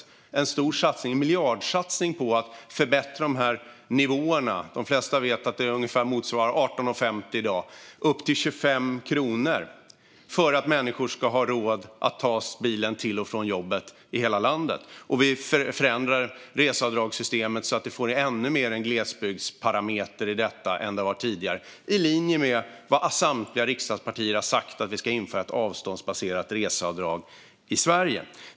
Det är en stor satsning, en miljardsatsning, på att förbättra nivåerna. De flesta vet att det ungefär motsvarar 18,50 i dag. Vi höjer till 25 kronor för att människor ska ha råd att ta bilen till och från jobbet i hela landet. Vi förändrar också reseavdragssystemet så att det får ännu mer av en glesbygdsparameter än vad som varit fallet tidigare. Detta ligger i linje med vad samtliga riksdagspartier har sagt: att vi ska införa ett avståndsbaserat reseavdrag i Sverige.